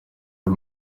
ari